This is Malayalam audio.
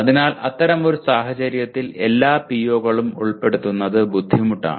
അതിനാൽ അത്തരമൊരു സാഹചര്യത്തിൽ എല്ലാ PO കളും ഉൾപ്പെടുത്തുന്നത് ബുദ്ധിമുട്ടാണ്